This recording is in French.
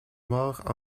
mort